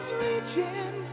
reaching